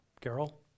Carol